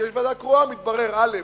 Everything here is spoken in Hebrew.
וכשיש ועדה קרואה, מתברר, א.